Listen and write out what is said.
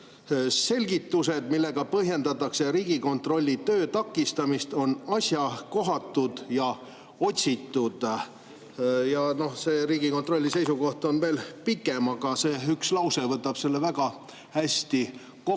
selgitused, millega põhjendatakse Riigikontrolli töö takistamist, on asjakohatud ja otsitud. Riigikontrolli seisukoht on pikem, aga see üks lause võtab [seisukoha] väga hästi kokku.